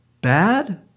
bad